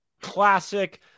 classic